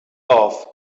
off